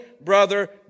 brother